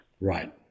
Right